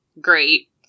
great